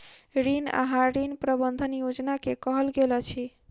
ऋण आहार, ऋण प्रबंधन योजना के कहल गेल अछि